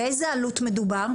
באיזו עלות מדובר?